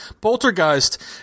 Poltergeist